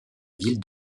ville